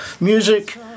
Music